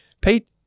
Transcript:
Pete